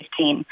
2015